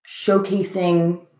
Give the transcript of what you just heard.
showcasing